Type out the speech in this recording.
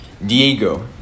Diego